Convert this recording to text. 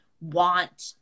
want